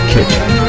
Kitchen